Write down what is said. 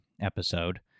episode